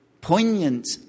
poignant